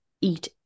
eat